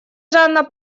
жанна